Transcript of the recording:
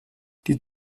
die